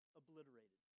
obliterated